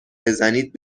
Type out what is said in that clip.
بزنید